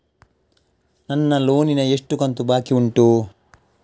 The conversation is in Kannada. ನನ್ನ ಲೋನಿನ ಎಷ್ಟು ಕಂತು ಬಾಕಿ ಉಂಟು?